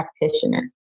practitioner